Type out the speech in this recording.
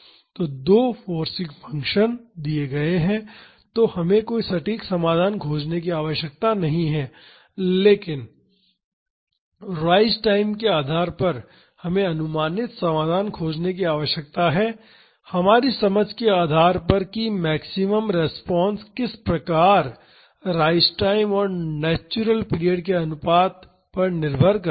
तो दो forcing functions दिए गए हैं तो हमें कोई सटीक समाधान करने की आवश्यकता नहीं है लेकिन राइज टाइम के आधार पर हमें अनुमानित समाधान खोजने की आवश्यकता है हमारी समझ के आधार पर कि मैक्सिमम रिस्पांस किस प्रकार राइज टाइम और नॉरल पीरियड के अनुपात पर निर्भर करता है